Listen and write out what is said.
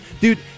dude